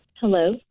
Hello